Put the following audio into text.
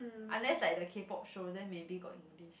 unless like the k-pop shows then maybe got English